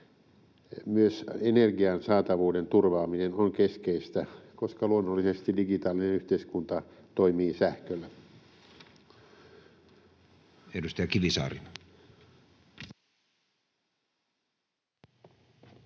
Myös energian saatavuuden turvaaminen on keskeistä, koska luonnollisesti digitaalinen yhteiskunta toimii sähköllä.